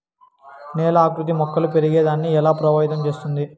నేల ఆకృతి మొక్కలు పెరిగేదాన్ని ఎలా ప్రభావితం చేస్తుంది?